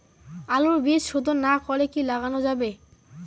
আলুর বীজ শোধন না করে কি লাগানো যাবে?